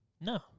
No